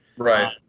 right.